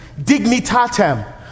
Dignitatem